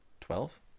Twelve